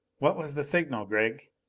what was the signal, gregg?